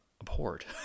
abhorred